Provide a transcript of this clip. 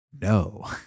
No